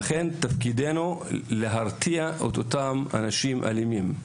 לכן תפקידנו להרתיע את אותם אנשים אלימים.